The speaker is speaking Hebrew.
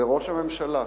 לראש הממשלה: